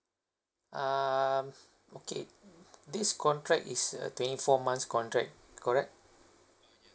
um okay this contract is a twenty four months contract correct